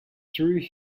through